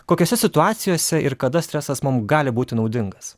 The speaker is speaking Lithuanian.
kokiose situacijose ir kada stresas mum gali būti naudingas